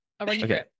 Okay